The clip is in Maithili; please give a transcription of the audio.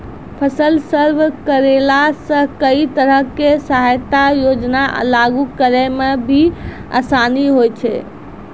फसल सर्वे करैला सॅ कई तरह के सहायता योजना लागू करै म भी आसानी होय छै